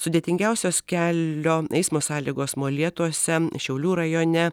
sudėtingiausios kelio eismo sąlygos molėtuose šiaulių rajone